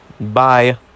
Bye